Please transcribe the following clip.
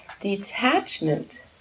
detachment